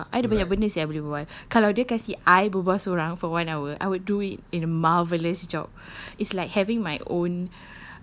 so takpe ah I ada banyak benda seh I boleh berbual kalau dia kasih I berbual seorang for one hour I would do it in a marvelous job it's like having my own